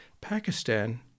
Pakistan